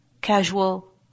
casual